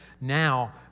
now